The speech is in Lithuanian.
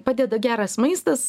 padeda geras maistas